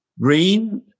green